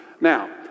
Now